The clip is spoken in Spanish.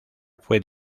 fue